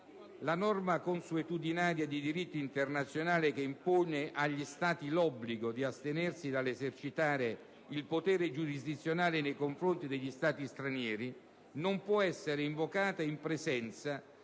la norma consuetudinaria di diritto internazionale che impone agli Stati l'obbligo di astenersi dall'esercitare il potere giurisdizionale nei confronti degli Stati stranieri non può essere invocata in presenza